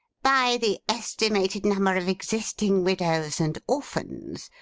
by the estimated number of existing widows and orphans,